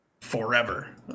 Forever